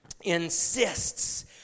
insists